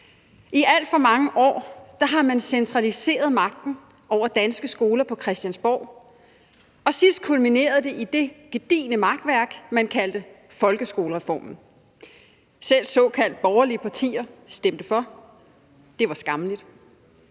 I alt for mange år har man centraliseret magten over danske skoler på Christiansborg, og sidst kulminerede det i det gedigne makværk, man kaldte folkeskolereformen. Selv såkaldt borgerlige partier stemte for, og det var skammeligt.